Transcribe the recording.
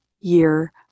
year